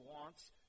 wants